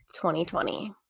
2020